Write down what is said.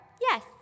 Yes